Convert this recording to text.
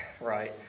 right